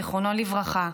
זיכרונו לברכה,